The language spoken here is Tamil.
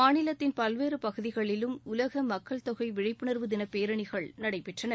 மாநிலத்தின் பல்வேறு பகுதிகளிலும் உலக மக்கள் தொகை விழிப்புணர்வு தின பேரணிகள் நடைபெற்றன